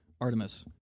Artemis